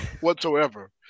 whatsoever